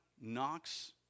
knocks